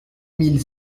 mille